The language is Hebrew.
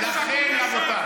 הוא מכניס תומכי טרור.